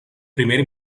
primer